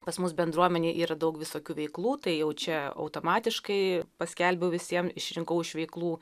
pas mus bendruomenėj yra daug visokių veiklų tai jau čia automatiškai paskelbiau visiem išrinkau iš veiklų